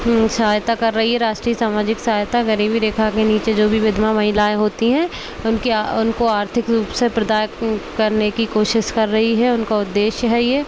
सहायता कर रही है राष्ट्रीय सामाजिक सहायता गरीबी रेखा के नीचे जो भी विधवा महिलाएं होती हैं उनकी उनको आर्थिक रूप से प्रदान करने की कोशिश कर रही है उनका उद्देश्य है यह